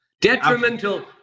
detrimental